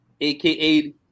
AKA